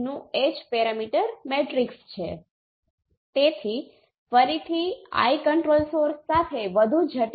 એ જ રીતે h parameter માટે આ એક્સપ્રેશન છે હવે હું ફક્ત h12 અને h21 પર નજર કરીશ h12 એ z12 બાય z22 અને h21 એ z21 બાય z22 છે